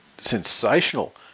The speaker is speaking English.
sensational